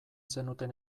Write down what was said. zenuten